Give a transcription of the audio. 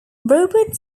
robert